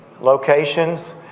locations